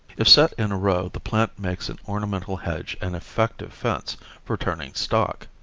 if set in a row the plant makes an ornamental hedge and effective fence for turning stock.